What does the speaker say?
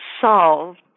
solved